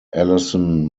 allison